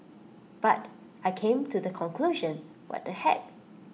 but I came to the conclusion what the heck